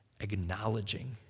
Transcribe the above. acknowledging